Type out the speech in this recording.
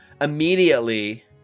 immediately